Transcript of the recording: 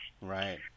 Right